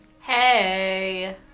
Hey